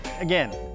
Again